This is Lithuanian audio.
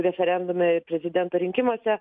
referendume ir prezidento rinkimuose